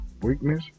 weakness